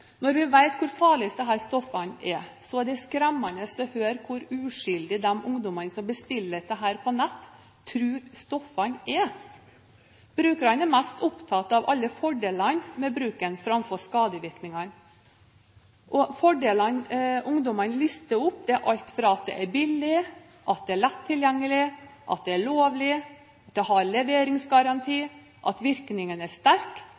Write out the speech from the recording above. Når vi vet hvor farlige disse stoffene er, er det skremmende å høre hvor uskyldig de ungdommene som bestiller dette på nett, tror stoffene er. Brukerne er mest opptatt av fordelene med bruken framfor av skadevirkningene. Fordelene ungdommene lister opp, er alt fra at det er billig, at det er lett tilgjengelig, at det er lovlig, at det har leveringsgaranti, at virkningen er sterk